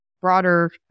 broader